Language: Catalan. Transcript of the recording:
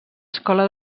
escola